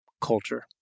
culture